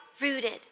rooted